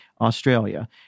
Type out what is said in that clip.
Australia